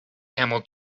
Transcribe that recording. camel